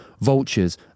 vultures